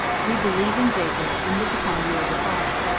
we believe in jacob, and look upon you as a father.